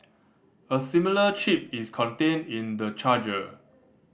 a similar chip is contained in the charger